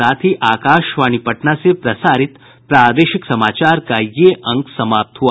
इसके साथ ही आकाशवाणी पटना से प्रसारित प्रादेशिक समाचार का ये अंक समाप्त हुआ